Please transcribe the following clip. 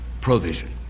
provision